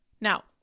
Now